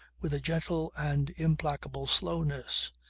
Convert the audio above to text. with a gentle and implacable slowness.